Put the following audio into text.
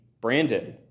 Brandon